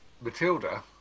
Matilda